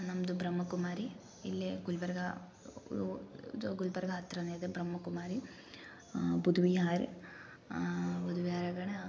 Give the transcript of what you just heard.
ನಮ್ಮದು ಬ್ರಹ್ಮ ಕುಮಾರಿ ಇಲ್ಲೇ ಗುಲ್ಬರ್ಗ ದು ಗುಲ್ಬರ್ಗ ಹತ್ತಿರನೇಯಿದೆ ಬ್ರಹ್ಮ ಕುಮಾರಿ ಬುದ್ವೀಹಾರ ಬುದ್ವೀಹಾರಗಣ